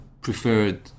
preferred